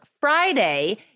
Friday